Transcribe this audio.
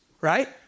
right